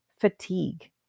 fatigue